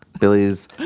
Billy's